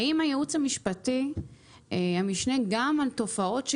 האם המשנה ליועץ המשפטי התייחסה גם לעוד תופעות,